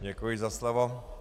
Děkuji za slovo.